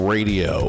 Radio